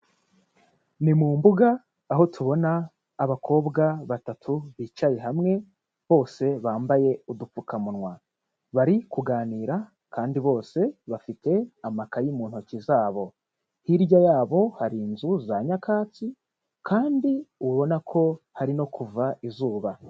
Ni mu mbuga aho tubona abakobwa batatu bicaye hamwe, bose bambaye udupfukamunwa. Bari kuganira kandi bose bafite amakaye mu ntoki zabo. Hirya yabo hari inzu za nyakatsi kandi ubona ko hari no kuva izuba.